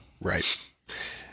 right